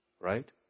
Right